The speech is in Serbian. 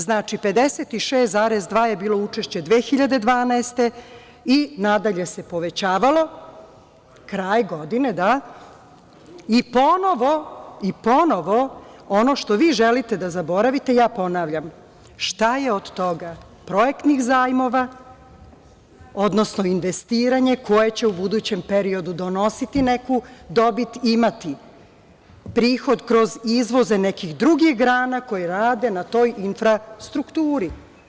Znači, 56,2 je bilo učešće 2012. i nadalje se povećavalo, kraj godine, da, i ponovo ono što vi želite da zaboravite, ja ponavljam – šta je od toga projektnih zajmova, odnosno investiranje koje će u budućem periodu donositi neku dobit, imati prihod kroz izvoze nekih drugih grana koji rade na toj infrastrukturi.